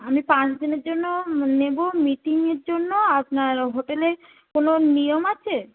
আমি পাঁচ দিনের জন্য নেব মিটিংয়ের জন্য আপনার হোটেলে কোনো নিয়ম আছে